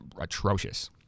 atrocious